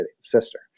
sister